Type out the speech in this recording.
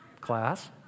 class